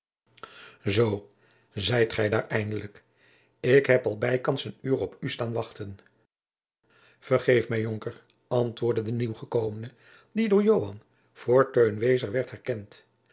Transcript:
zoo zijt gij daar eindelijk ik heb al bijkans een uur op u staan wachten vergeef mij jonker antwoordde de nieuw gekomene die door joan voor teun wezer werd herkend